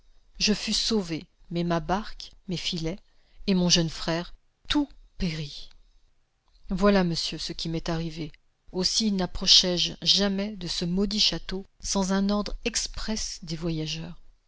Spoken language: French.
je fus sauvé mais ma barque mes fillets et mon jeune frère tout périt voilà monsieur ce qui m'est arrivé aussi napproché je jamais de ce maudit château sans un ordre exprès des voyageurs